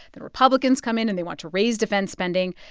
then republicans come in, and they want to raise defense spending.